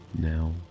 now